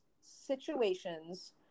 situations